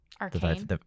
Arcane